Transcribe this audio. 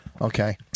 Okay